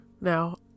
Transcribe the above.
Now